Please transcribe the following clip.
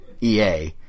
EA